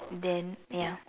then ya